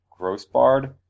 Grossbard